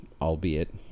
albeit